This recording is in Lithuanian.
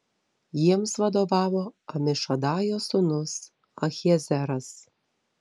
jiems vadovavo amišadajo sūnus ahiezeras